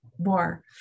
More